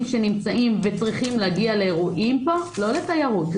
שצריכים להגיע לאירועים פה לא לתיירות,